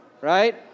Right